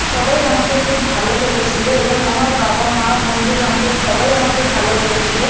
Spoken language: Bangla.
সবাই আমাকে খুব ভালো বলেছিলো এবং আমার বাবা মা বন্ধু বান্ধব সবাই আমাকে ভালো বলেছিলো